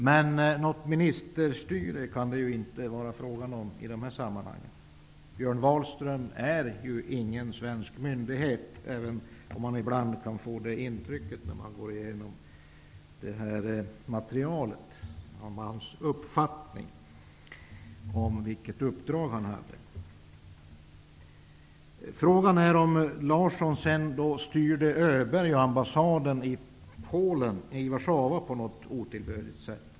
Men något ministerstyre kan det inte vara fråga om i de här sammanhangen. Björn Wahlström är ju inte en svensk myndighet, även om man ibland kan få det intrycket när man går igenom materialet om hans uppfattning om vilket uppdrag han hade. Frågan är om Larsson sedan styrde Öberg och ambassaden i Warszawa på något otillbörligt sätt.